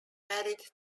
married